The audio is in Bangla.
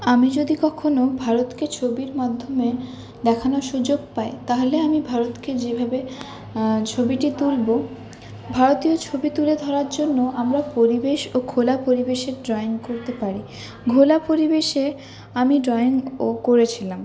আমি যদি কখনও ভারতকে ছবির মাধ্যমে দেখানোর সুযোগ পাই তাহলে আমি ভারতকে যেভাবে ছবিটি তুলবো ভারতীয় ছবি তুলে ধরার জন্য আমরা পরিবেশ ও খোলা পরিবেশের ড্রইং করতে পারি ঘোলা পরিবেশে আমি ড্রইংও করেছিলাম